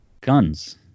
guns